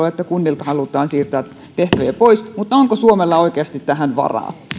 että kunnilta halutaan siirtää tehtäviä pois mutta onko suomella oikeasti tähän varaa